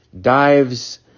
dives